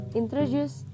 introduce